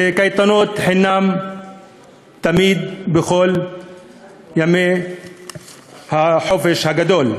וקייטנות חינם תמיד בכל ימי החופש הגדול.